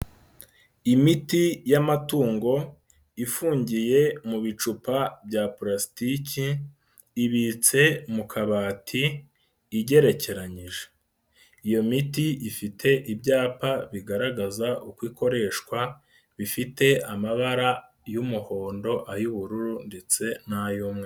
Imiti y'amatungo ifungiye mu bicupa bya palasitike ibitse mu kabati igerekeranyije. Iyo miti ifite ibyapa bigaragaza uko ikoreshwa bifite amabara y'umuhondo ay'ubururu ndetse n'ay'umweru.